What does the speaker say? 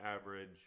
average